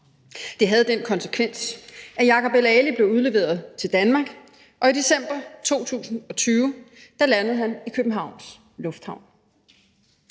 Det havde den konsekvens, at Jacob el-Ali blev udleveret til Danmark, og i december 2020 landede han i Københavns Lufthavn.